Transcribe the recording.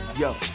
yo